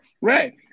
Right